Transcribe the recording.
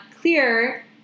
clear